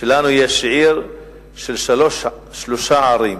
שיש לנו עיר שהיא שלוש ערים: